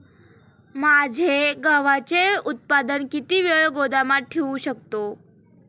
माझे गव्हाचे उत्पादन किती वेळ गोदामात ठेवू शकतो?